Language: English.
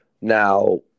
Now –